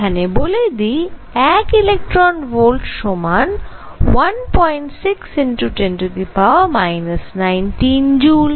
এখানে বলে দিই 1 ইলেকট্রন ভোল্ট সমান 16×10 19 জুল